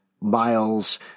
Miles